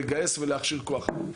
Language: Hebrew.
לגייס ולהכשיר כוח אדם.